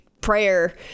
prayer